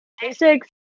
basics